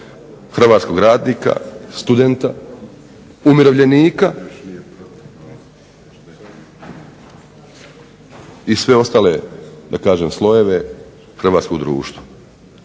hrvatskog radnika, studenta, umirovljenika i sve ostale slojeve hrvatskog društva.